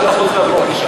לוועדת החוץ והביטחון.